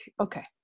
okay